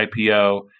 IPO